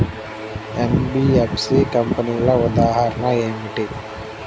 NBFC కంపెనీల ఉదాహరణ ఏమిటి?